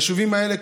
היישובים האלה,